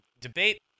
Debate